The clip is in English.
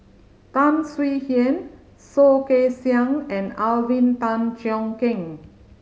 Tan Swie Hian Soh Kay Siang and Alvin Tan Cheong Kheng